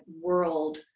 world